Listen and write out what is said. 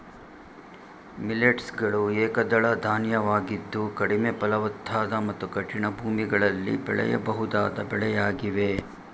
millets ಗಳು ಏಕದಳ ಧಾನ್ಯವಾಗಿದ್ದು ಕಡಿಮೆ ಫಲವತ್ತಾದ ಮತ್ತು ಕಠಿಣ ಭೂಮಿಗಳಲ್ಲಿ ಬೆಳೆಯಬಹುದಾದ ಬೆಳೆಯಾಗಿವೆ